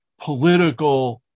political